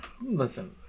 Listen